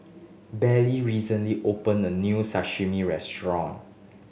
Belle recently open a new Sashimi Restaurant